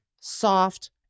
soft